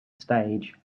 stage